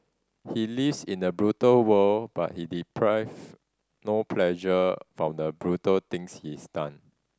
he lives in a brutal world but he deprive no pleasure from the brutal things his done